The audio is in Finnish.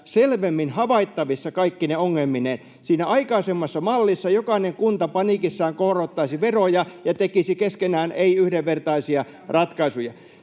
selvemmin havaittavissa kaikkine ongelmineen. Siinä aikaisemmassa mallissa jokainen kunta paniikissaan korottaisi veroja ja tekisi keskenään ei-yhdenvertaisia ratkaisuja.